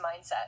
mindset